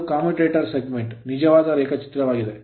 ಇದು commutator segment segment ನ ನಿಜವಾದ ರೇಖಾಚಿತ್ರವಾಗಿದೆ